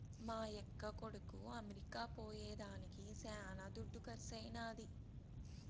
మా యక్క కొడుకు అమెరికా పోయేదానికి శానా దుడ్డు కర్సైనాది